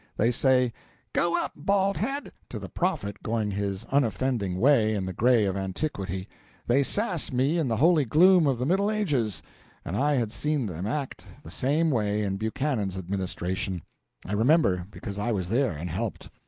they say go up, baldhead to the prophet going his unoffending way in the gray of antiquity they sass me in the holy gloom of the middle ages and i had seen them act the same way in buchanan's administration i remember, because i was there and helped.